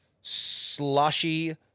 slushy